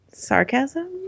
Sarcasm